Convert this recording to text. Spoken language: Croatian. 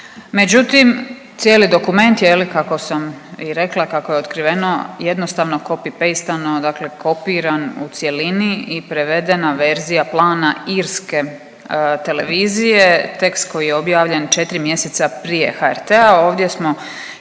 međutim cijeli dokument je li kako sam i rekla, kako je otkriveno jednostavno copy paste, dakle kopiran u cjelini i prevedena verzija plana irske televizije tekst koji je objavljen 4 mjeseca prije HRT-a.